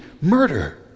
murder